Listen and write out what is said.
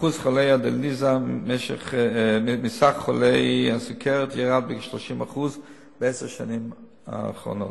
אחוז חולי הדיאליזה מסך חולי הסוכרת ירד בכ-30% בעשר השנים האחרונות.